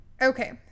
Okay